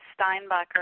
Steinbacher